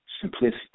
simplicity